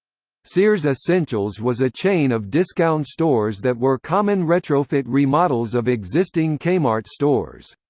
sears essentials was a chain of discount stores that were common retrofit remodels of existing kmart stores.